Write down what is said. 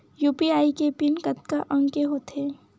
UPI के pin कतका अंक के होथे?